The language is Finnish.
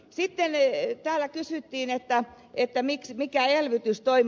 sitten täällä kysyttiin mikä elvytystoimi